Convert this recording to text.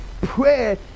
Prayer